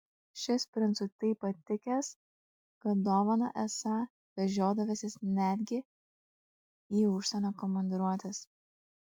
šis princui taip patikęs kad dovaną esą vežiodavęsis netgi į užsienio komandiruotes